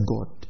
God